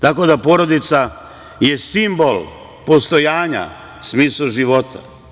Tako da, porodica je simbol postojanja, smisao života.